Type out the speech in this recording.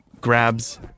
grabs